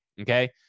Okay